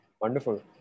wonderful